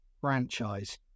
franchise